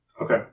Okay